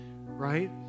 right